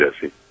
Jesse